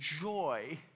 joy